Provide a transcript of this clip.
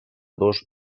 dos